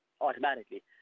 automatically